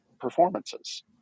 performances